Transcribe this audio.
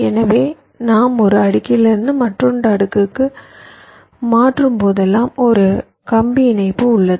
எனவே நாம் ஒரு அடுக்கிலிருந்து மற்றொரு அடுக்குக்கு மாறும்போதெல்லாம் ஒரு கம்பி இணைப்பு உள்ளது